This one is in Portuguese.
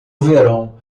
verão